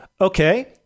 Okay